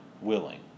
willing